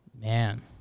Man